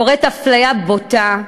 קורית אפליה בוטה.